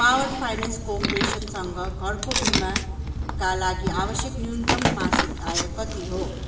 power finance कर्पोरेसनसँग घरको बिमाका लागि आवश्यक न्यूनतम मासिक आय कति हो